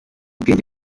ubwenge